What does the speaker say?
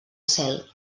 cel